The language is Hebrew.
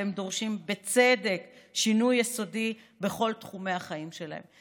והם דורשים בצדק שינוי יסודי בכל תחומי החיים שלהם.